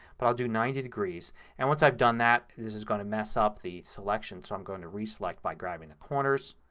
but i'll do ninety degrees and once i've done that this is going to mess up the selection so i'm going to reselect by grabbing the corners.